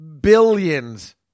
billions